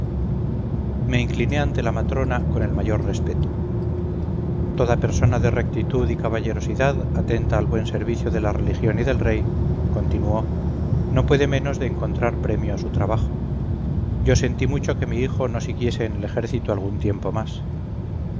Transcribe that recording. me incliné ante la matrona con el mayor respeto toda persona de rectitud y caballerosidad atenta al buen servicio de la religión y del rey continuó no puede menos de encontrar premio a su trabajo yo sentí mucho que mi hijo no siguiese en el ejército algún tiempo más